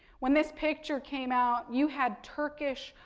when this picture came out, you had turkish,